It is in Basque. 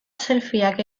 selfieak